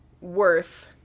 worth